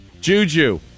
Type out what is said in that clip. Juju